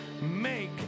Make